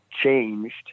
changed